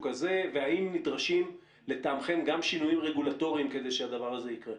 הזה והאם נדרשים לטעמכם גם שינויים רגולטוריים כדי שהדבר הזה יקרה?